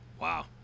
Wow